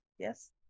Yes